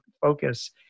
focus